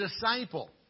disciple